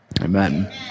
amen